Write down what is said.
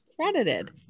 credited